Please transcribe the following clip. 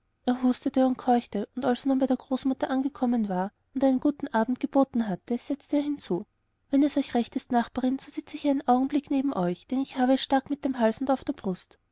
er hustete und keuchte und als er nun bei der großmutter angekommen war und einen guten abend geboten hatte setzte er hinzu wenn es euch recht ist nachbarin so sitze ich einen augenblick neben euch denn ich habe es stark in dem hals und auf der brust